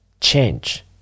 change